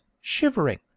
shivering